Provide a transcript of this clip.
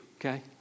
okay